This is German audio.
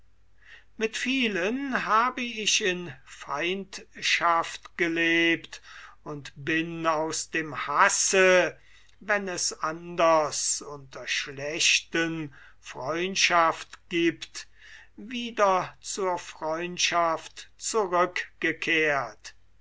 mit vielen habe ich in feindschaft gelebt und bin aus dem hasse wenn es anders unter schlechten freundschaft gibt wieder zur freundschaft zurückgekehrt